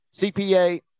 CPA